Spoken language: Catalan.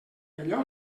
allò